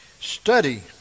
Study